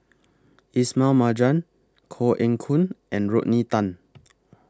Ismail Marjan Koh Eng Hoon and Rodney Tan